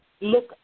look